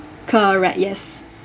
correct yes